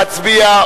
להצביע?